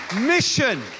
mission